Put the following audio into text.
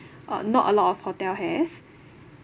uh not a lot of hotel have